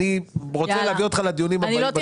אני רוצה להביא אותך לדיונים הבאים.